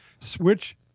switch